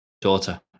daughter